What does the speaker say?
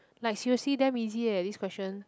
like seriously damn easy eh this question